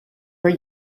were